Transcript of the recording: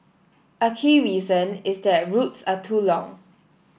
a key reason is that routes are too long